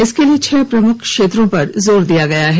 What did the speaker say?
इसके लिए छह प्रमुख क्षेत्रों पर जोर दिया गया है